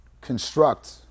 construct